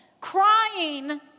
crying